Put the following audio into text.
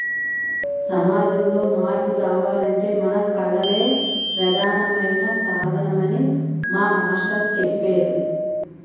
సమాజంలో మార్పు రావాలంటే మన కళలే ప్రధానమైన సాధనమని మా మాస్టారు చెప్పేరు